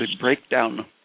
breakdown